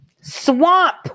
swamp